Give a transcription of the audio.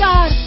God